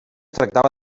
tractava